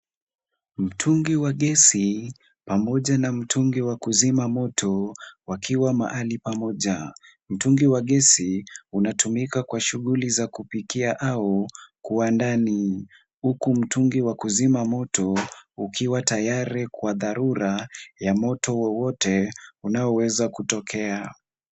Mtungi wa gesi, pamoja na mtungi wa kuzima moto wakiwa mahali pamoja. Mtungi wa gesi unatumika kwa shughuli za kupikia au kuwandani, huku mtungi wa kuzima moto ukiwa tayari kwa dharura ya moto wowote unaoweza kutokea.